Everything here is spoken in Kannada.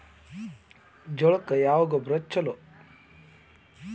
ಜೋಳಕ್ಕ ಯಾವ ಗೊಬ್ಬರ ಛಲೋ?